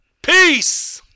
Peace